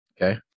Okay